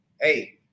Hey